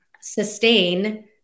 sustain